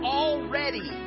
already